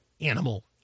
animal